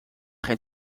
geen